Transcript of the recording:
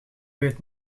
weet